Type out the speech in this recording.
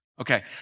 Okay